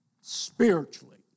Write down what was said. spiritually